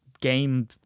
game